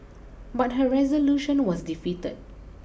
but her resolution was defeated